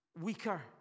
weaker